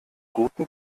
guten